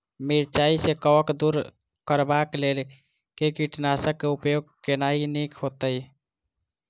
मिरचाई सँ कवक दूर करबाक लेल केँ कीटनासक केँ उपयोग केनाइ नीक होइत?